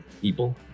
people